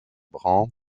brande